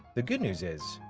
the good news is,